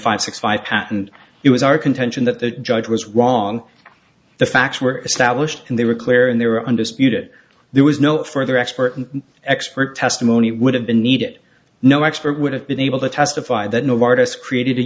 five six five patent it was our contention that the judge was wrong the facts were established and they were clear and they were undisputed there was no further expert an expert testimony would have been needed no expert would have been able to testify